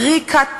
קרי כת פוגענית.